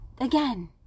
Again